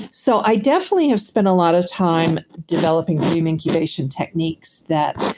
so, i definitely have spent a lot of time developing dream incubation techniques that